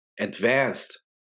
advanced